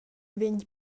vegn